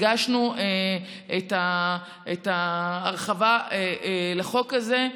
הגשנו את ההרחבה לחוק הזה,